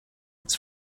its